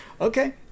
Okay